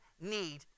need